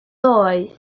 ddoe